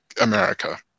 America